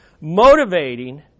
Motivating